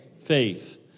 Faith